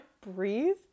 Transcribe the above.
Breathe